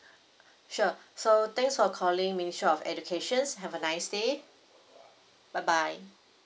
sure so thanks for calling ministry of education have a nice day bye bye